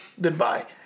goodbye